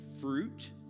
fruit